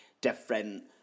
different